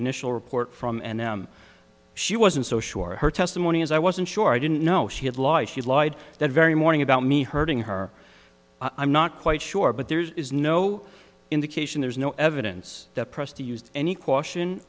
initial report from and them she wasn't so sure her testimony as i wasn't sure i didn't know she had law she lied that very morning about me hurting her i'm not quite sure but there is no indication there's no evidence that pressed used any question